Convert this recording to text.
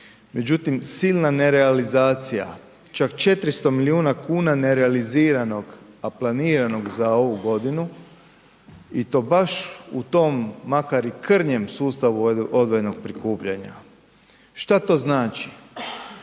međutim silna ne realizacija čak 400 milijuna kuna nerealiziranog, a planiranog za ovu godinu i to baš u tom makar i krnjem sustavu odvojenog prikupljanja. Šta to znači?